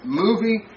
movie